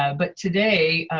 ah but today,